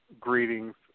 greetings